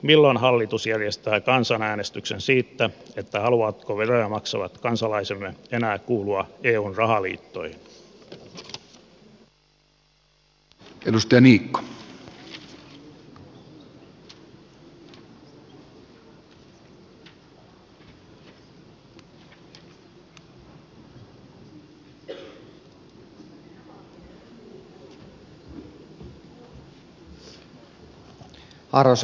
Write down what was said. milloin hallitus järjestää kansanäänestyksen siitä haluavatko veroja maksavat kansalaisemme enää kuulua eun rahaliittoihin